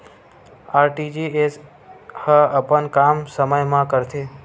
RTGS ह अपन काम समय मा करथे?